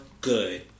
Good